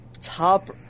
top